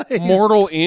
mortal